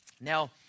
Now